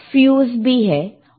fuse भी है और फिर मेंस है